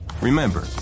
Remember